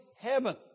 heaven